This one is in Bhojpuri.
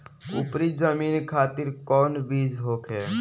उपरी जमीन खातिर कौन बीज होखे?